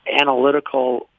analytical